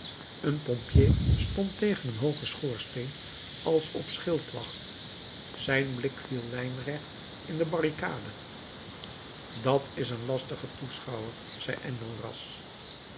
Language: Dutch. een pompier stond tegen een hoogen schoorsteen als op schildwacht zijn blik viel lijnrecht in de barricade dat is een lastige toeschouwer zei enjolras